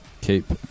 Keep